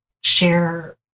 share